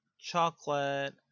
chocolate